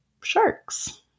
sharks